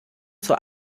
zur